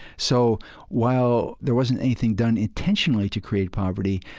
so while there wasn't anything done intentionally to create poverty,